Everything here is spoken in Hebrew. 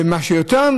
ומה שיותר,